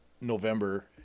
November